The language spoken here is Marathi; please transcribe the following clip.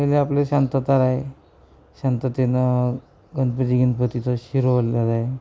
पहिले आपले शांतता राहे शांततेने गणपती बिणपतीचा शिरो वललेला आहे